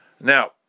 Now